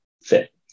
fit